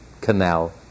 canal